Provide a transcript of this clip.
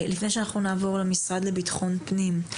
לפני שנעבור למשרד לביטחון פנים,